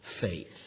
Faith